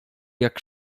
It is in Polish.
jak